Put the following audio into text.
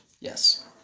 Yes